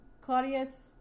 Claudius